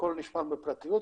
הכול נשמר בפרטיות.